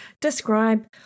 describe